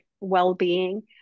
well-being